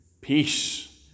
peace